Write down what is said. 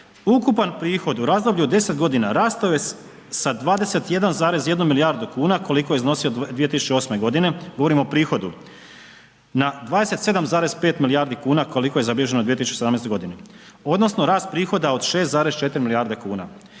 ukupan prihod u razdoblju od 10 godina, rastao je sa 21,1 milijardu kuna, koliko je iznosio u 2008.g. govorimo o prihodu, na 27,5 milijardi kuna, koliko je zabilježeno u 2017.g. odnosno rast prihoda od 6,4 milijarde kuna.